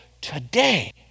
today